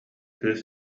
кыыс